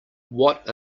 what